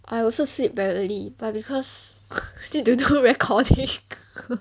I also sleep very early but because need to do recording